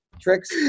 tricks